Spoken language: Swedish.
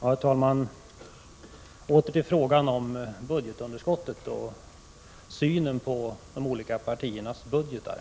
Herr talman! Åter till frågan om budgetunderskottet och synen på de olika partiernas budgetförslag.